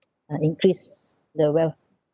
uh increase the wealth